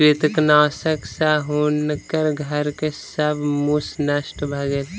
कृंतकनाशक सॅ हुनकर घर के सब मूस नष्ट भ गेल